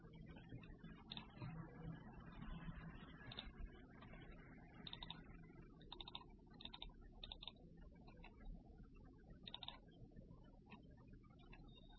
इस विशेष प्रत्येक मॉड्यूल का सार क्या है और हम घर ले जा रहे हैं